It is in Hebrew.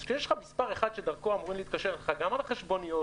אז כשיש לך מספר 1 שדרכו אמורים להתקשר גם על החשבוניות,